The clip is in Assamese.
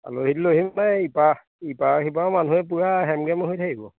আলহী দুলহী মানে ইপাৰ ইপাৰ সিপাৰৰ মানুহে পূৰা হেমগেম হৈ থাকিব